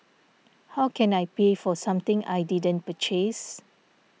how can I pay for something I didn't purchase